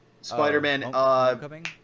Spider-Man